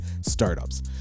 startups